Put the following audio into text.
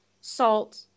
salt